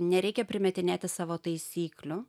nereikia primetinėti savo taisyklių